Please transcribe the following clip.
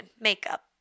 makeup